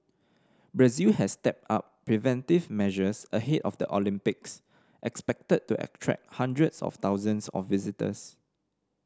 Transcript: Brazil has stepped up preventive measures ahead of the Olympics expected to attract hundreds of thousands of visitors